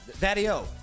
daddy-o